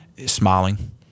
smiling